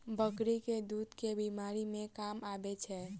बकरी केँ दुध केँ बीमारी मे काम आबै छै?